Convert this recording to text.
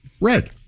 red